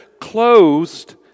closed